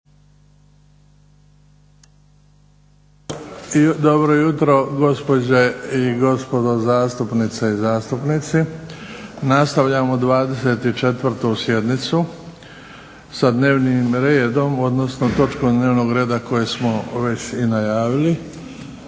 Dobro jutro gospođe i gospodo zastupnice i zastupnici. Nastavljamo 24. sjednicu sa dnevnim redom, odnosnom točkom dnevnog reda koju smo već i najavili